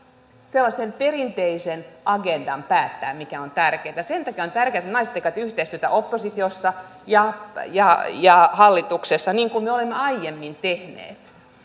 sellaisen perinteisen agendan päättää mikä on tärkeätä sen takia on tärkeätä että naiset tekevät yhteistyötä oppositiossa ja ja hallituksessa niin kuin me olemme aiemmin tehneet